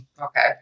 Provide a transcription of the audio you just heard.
Okay